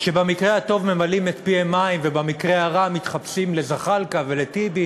במקרה הטוב ממלאים פיהם מים ובמקרה הרע מתחפשים לזחאלקה ולטיבי